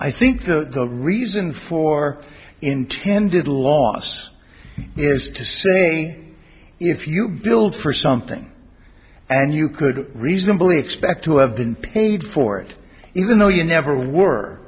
i think the reason for intended loss is to say if you build for something and you could reasonably expect to have been paid for it even though you never w